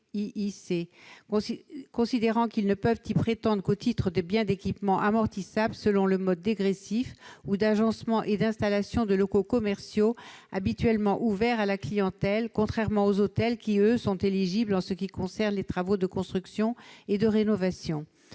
considérant qu'ils ne peuvent y prétendre qu'au titre des « biens d'équipement amortissables selon le mode dégressif » ou « des agencements et installations des locaux commerciaux habituellement ouverts à la clientèle », contrairement aux hôtels, qui, eux, sont éligibles pour les travaux de construction et de rénovation.